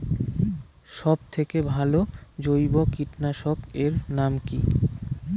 সব থেকে ভালো জৈব কীটনাশক এর নাম কি?